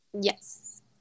Yes